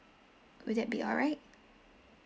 would that be alright